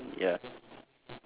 colour ya